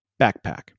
backpack